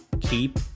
keep